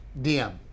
DM